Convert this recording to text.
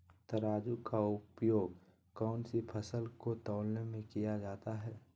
तराजू का उपयोग कौन सी फसल को तौलने में किया जाता है?